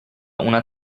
una